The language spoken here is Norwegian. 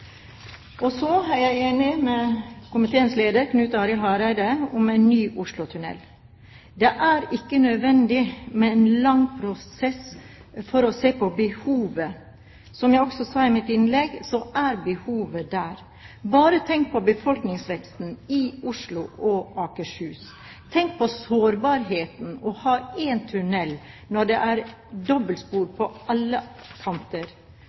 og Jernbaneverket får en klar marsjordre om hva de skal prioritere, nemlig hovedpulsåren. Så er jeg enig med komiteens leder, Knut Arild Hareide, om at vi må ha en ny Oslo-tunnel. Det er ikke nødvendig med en lang prosess for å se på behovet. Som jeg også sa i mitt innlegg, er behovet der. Bare tenk på befolkningsveksten i Oslo og Akershus! Tenk på sårbarheten ved å ha